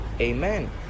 amen